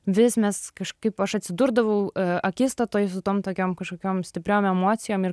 vis mes kažkaip aš atsidurdavau akistatoj su tom tokiom kažkokiom stipriom emocijom ir